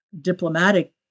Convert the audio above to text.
diplomatic